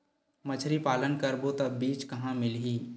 मछरी पालन करबो त बीज कहां मिलही?